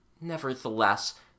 Nevertheless